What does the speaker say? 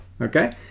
okay